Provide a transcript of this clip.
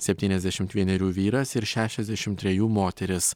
septyniasdešimt vienerių vyras ir šešiasdešimt trejų moteris